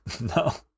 No